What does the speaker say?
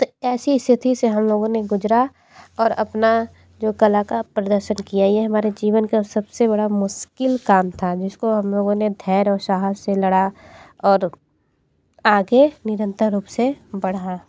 तो ऐसी इस्थिति से हम लोगों ने गुज़रा और अपना जो कला का प्रदर्शन किया ये हमारे जीवन का सबसे बड़ा मुश्किल काम था जिसको हम लोगों ने धैर्य और साहस से लड़ा और आगे निरंतर रूप से बढ़ा